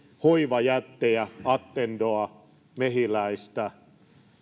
hoivajättejä attendoa mehiläistä